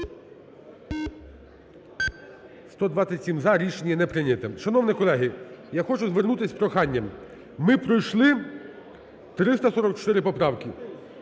За-127 Рішення не прийнято. Шановні колеги! Я хочу звернутись з проханням. Ми пройшли 244 поправки.